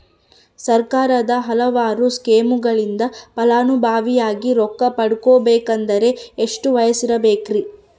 ಸರ್ಕಾರದ ಹಲವಾರು ಸ್ಕೇಮುಗಳಿಂದ ಫಲಾನುಭವಿಯಾಗಿ ರೊಕ್ಕ ಪಡಕೊಬೇಕಂದರೆ ಎಷ್ಟು ವಯಸ್ಸಿರಬೇಕ್ರಿ?